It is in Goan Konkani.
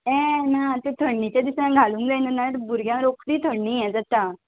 हें ना तें थंडीच्या दिसांक घालूंक जायना भुरग्यांक रोखडी थंडी हें जाता